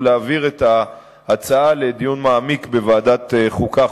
הוא להעביר את ההצעה לדיון מעמיק בוועדת החוקה,